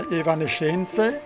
evanescenze